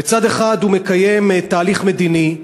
בצד אחד הוא מקיים תהליך מדיני,